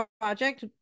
project